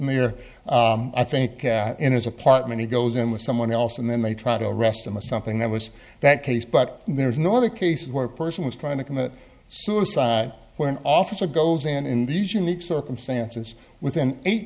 or i think in his apartment he goes in with someone else and then they try to arrest him of something that was that case but there is no other case where a person was trying to commit suicide when an officer goes in in these unique circumstances with an eight